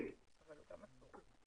אני רוצה להגדיר את זה מחדש ואחר כך